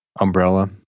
umbrella